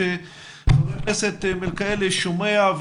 חבר הכנסת מלכיאלי שומע,